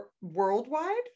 worldwide